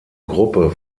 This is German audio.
gruppe